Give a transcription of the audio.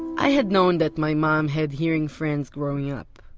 i had known that my mom had hearing friends growing up,